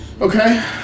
Okay